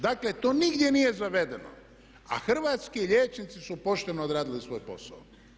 Dakle, to nigdje nije zavedeno, a hrvatski liječnici su pošteno odradili svoj posao.